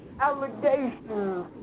allegations